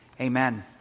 Amen